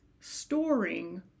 storing